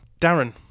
Darren